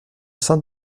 saint